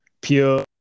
Pure